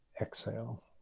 exhale